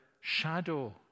shadow